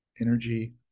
energy